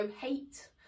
hate